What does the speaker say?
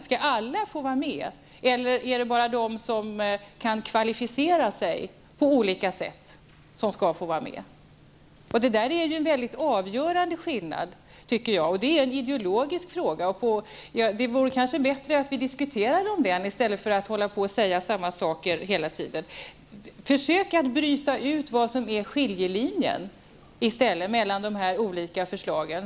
Skall alla få vara med eller är det bara de som kan kvalificera sig på olika sätt som får vara det? Det är enligt min mening en avgörande skillnad. Frågan är också av ideologisk art. Det är kanske bättre att vi diskuterar den i stället för att säga samma saker hela tiden. Försök att bryta ut vilka skiljelinjerna är mellan de olika förslagen.